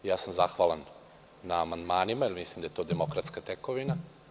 Ja sam zahvalan na amandmanima, jer mislim da je to demokratska tekovina.